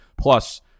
plus –